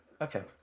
okay